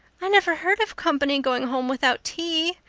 i never heard of company going home without tea,